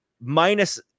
minus